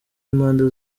y’impande